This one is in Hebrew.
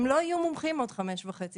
הם לא יהיו מומחים בעוד חמש שנים וחצי.